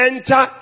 Enter